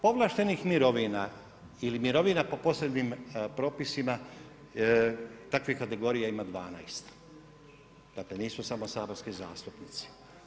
Povlaštenih mirovina ili mirovina po posebnim propisima takvih kategorija ima 12, dakle nisu samo saborski zastupnici.